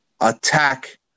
attack